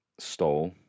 stole